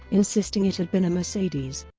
insisting it had been a mercedes.